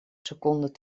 seconden